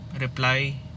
reply